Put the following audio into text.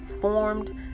Formed